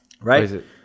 right